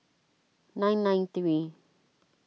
nine nine three